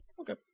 Okay